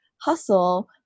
hustle